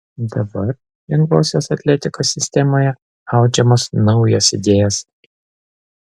dabar lengvosios atletikos sistemoje audžiamos naujos idėjos